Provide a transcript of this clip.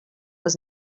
was